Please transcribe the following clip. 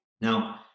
Now